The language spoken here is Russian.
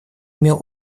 имел